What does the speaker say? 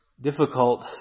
difficult